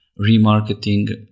remarketing